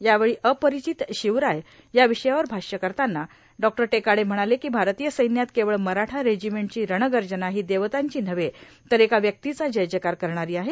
यावेळी अपरिचित शिवराय या विषयावर भाष्य करताना डॉ टेकाडे म्हणाले की भारतीय सैन्यात केवळ मराठा रेजिमेंटची रणगर्जना ही देवतांची नव्हे तर एका व्यक्तीचा जयजयकार करणारी आहे